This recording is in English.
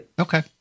Okay